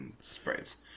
sprays